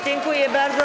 Dziękuję bardzo.